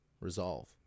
resolve